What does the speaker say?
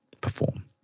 perform